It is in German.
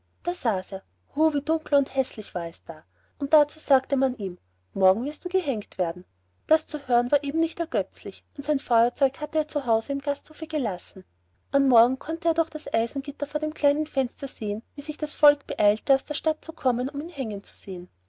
dunkel und häßlich war es da und dazu sagte man ihm morgen wirst du gehängt werden das zu hören war eben nicht ergötzlich und sein feuerzeug hatte er zu hause im gasthofe gelassen am morgen konnte er durch das eisengitter vor dem kleinen fenster sehen wie sich das volk beeilte aus der stadt zu kommen um ihn hängen zu sehen